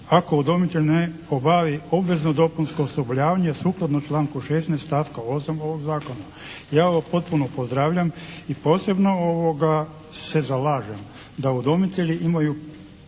ako udomitelj ne obavi obvezno dopunsko osposobljavanje sukladno članku 16. stavka 8. ovog zakona." Ja ovo potpuno pozdravljam i posebno se zalažem da udomitelji imaju